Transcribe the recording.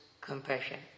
compassion